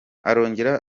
arongera